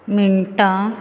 मिनटां